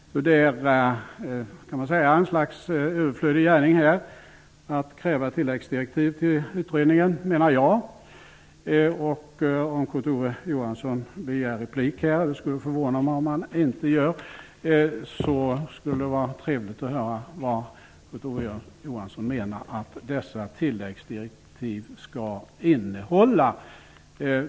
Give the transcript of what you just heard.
Jag menar att det är en överflödig gärning att kräva tilläggsdirektiv till utredningen. Om Kurt Ove Johansson begär replik -- det skulle förvåna mig om han inte gör det -- skulle det vara trevligt att höra vad han menar att dessa tilläggsdirektiv skall innehålla.